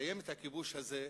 לסיים את הכיבוש הזה,